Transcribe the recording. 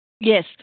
Yes